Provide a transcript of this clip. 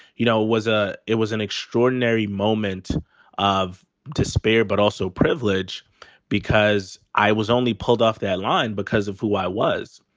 you know, it was a it was an extraordinary moment of despair, but also privilege because i was only pulled off that line because of who i was.